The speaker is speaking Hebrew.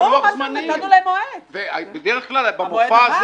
ברור, קבענו להם מועד, והמועד עבר.